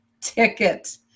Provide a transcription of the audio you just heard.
ticket